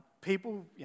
people